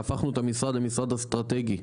והפכנו את המשרד למשרד אסטרטגי.